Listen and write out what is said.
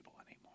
anymore